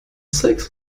six